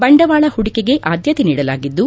ಬಂಡವಾಳ ಹೂಡಿಕೆಗೆ ಆದ್ದತೆ ನೀಡಲಾಗಿದ್ದು